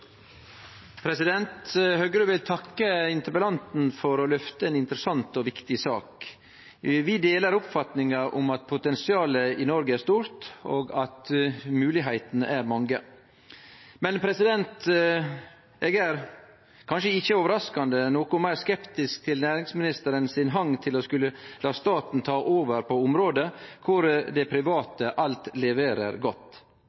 Høgre vil takke interpellanten for å løfte ei interessant og viktig sak. Vi deler oppfatninga om at potensialet i Noreg er stort, og at moglegheitene er mange. Eg er – kanskje ikkje overraskande – noko meir skeptisk til næringsministeren sin hang til å skulle la staten ta over på område der det private alt leverer godt.